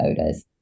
odors